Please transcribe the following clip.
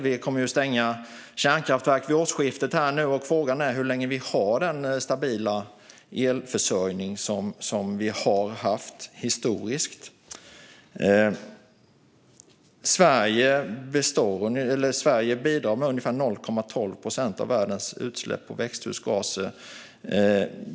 Vi kommer att stänga kärnkraftverk vid årsskiftet, och frågan är hur länge vi har den stabila elförsörjning som vi historiskt har haft. Sverige bidrar med ungefär 0,12 procent av världens utsläpp av växthusgaser.